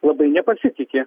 labai nepasitiki